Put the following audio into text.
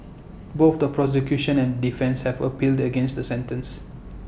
both the prosecution and defence have appealed against the sentence